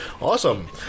Awesome